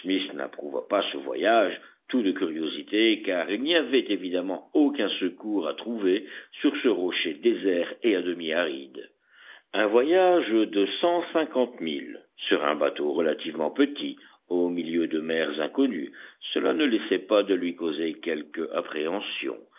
n'approuvât pas ce voyage tout de curiosité car il n'y avait évidemment aucun secours à trouver sur ce rocher désert et à demi aride un voyage de cent cinquante milles sur un bateau relativement petit au milieu de mers inconnues cela ne laissait pas de lui causer quelque appréhension